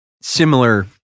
similar